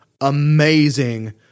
amazing